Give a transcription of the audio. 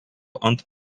ant